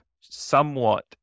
somewhat